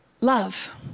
Love